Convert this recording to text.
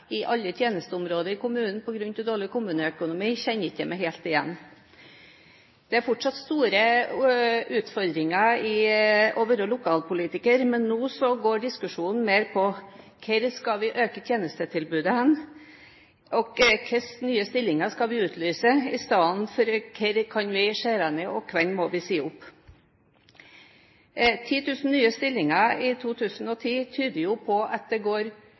i alle tjenesteområder i kommunen på grunn av dårlig kommuneøkonomi, kjenner seg ikke helt igjen. Det er fortsatt store utfordringer med å være lokalpolitiker, men nå går diskusjonen mer på hvor vi skal øke tjenestetilbudet, og hva slags nye stillinger vi skal utlyse, istedenfor hvor vi kan vi skjære ned, og hvem vi må si opp. 10 000 nye stillinger i 2010 tyder jo på at det går